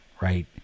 right